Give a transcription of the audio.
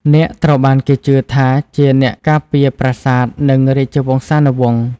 នាគត្រូវបានគេជឿថាជាអ្នកការពារប្រាសាទ និងរាជវង្សានុវង្ស។